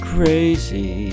Crazy